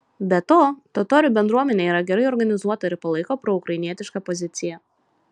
be to totorių bendruomenė yra gerai organizuota ir palaiko proukrainietišką poziciją